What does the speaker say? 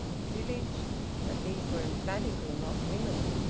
of a village but these were emphatically not women.